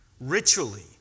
ritually